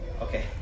Okay